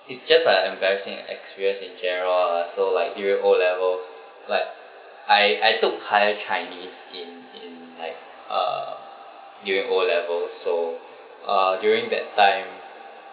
it's just an embarrassing experience in general uh so like during O levels like I I took higher chinese in in like uh during O level so uh during that time